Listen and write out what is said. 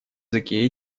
языке